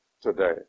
today